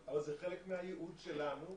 אבל זה חלק מהייעוד שלנו,